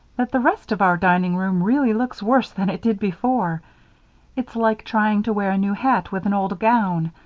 that the rest of our dining-room really looks worse than it did before it's like trying to wear a new hat with an old gown.